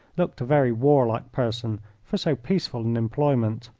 looked a very warlike person for so peaceful an employment.